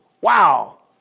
Wow